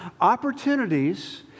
Opportunities